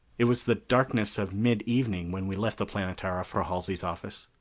it was the darkness of mid-evening when we left the planetara for halsey's office.